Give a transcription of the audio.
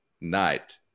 Night